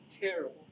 terrible